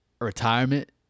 retirement